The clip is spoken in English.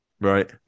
right